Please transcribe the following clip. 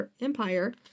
Empire